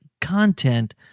content